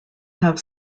have